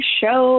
show